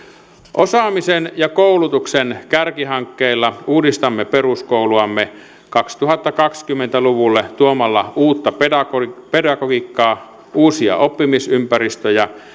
osaamisen ja koulutuksen kärkihankkeilla uudistamme peruskouluamme kaksituhattakaksikymmentä luvulle tuomalla uutta pedagogiikkaa pedagogiikkaa uusia oppimisympäristöjä